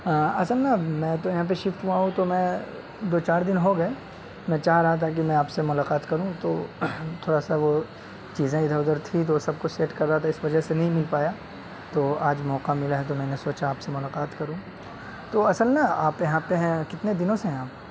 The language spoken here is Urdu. اصل نا میں تو یہاں پہ شفٹ ہوا ہوں تو میں دو چار دن ہو گئے میں چاہ رہا تھا کہ میں آپ سے ملاقات کروں تو تھوڑا سا وہ چیزیں ادھر ادھر تھی تو سب کچھ سیٹ کر رہا تھا اس وجہ سے نہیں مل پایا تو آج موقع ملا ہے تو میں نے سوچا آپ سے ملاقات کروں تو اصل نا آپ یہاں پہ ہیں کتنے دنوں سے ہیں آپ